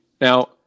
Now